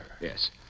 yes